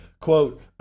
Quote